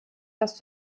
was